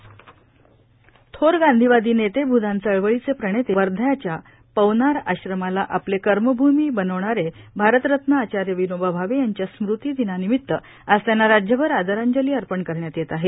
विनोबा भावे थोर गांधीवादी नेते भूदान चळवळीचे प्रणेते वर्धाच्या पवनार आश्रमाला आपले कर्मभूमी बनवणारे भारतरत्न आचार्य विनोबा भावे यांच्या स्मृतीदिनानिमित्त आज त्यांना राज्यभर आदरांजली अर्पण करण्यात येत आहे